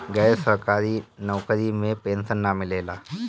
गैर सरकारी नउकरी में पेंशन ना मिलेला